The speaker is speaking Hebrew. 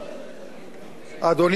אדוני שר האוצר, היושב-ראש, סליחה רגע.